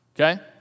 Okay